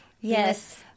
Yes